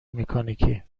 مکانیکی